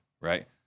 right